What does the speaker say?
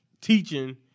teaching